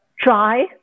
Try